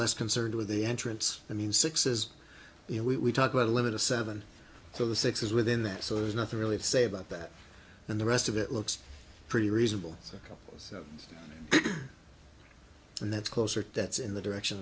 less concerned with the entrance i mean six is you know we talk about a limit of seven so the six is within that so there's nothing really to say about that and the rest of it looks pretty reasonable circles and that's closer that's in the direction